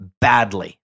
badly